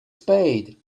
spade